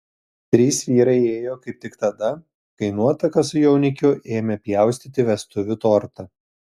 trys vyrai įėjo kaip tik tada kai nuotaka su jaunikiu ėmė pjaustyti vestuvių tortą